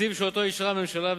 התקציב שאישרה הממשלה,